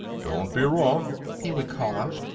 don't be rough! he would call out,